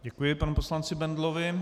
Děkuji panu poslanci Bendlovi.